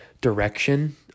direction